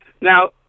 Now